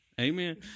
Amen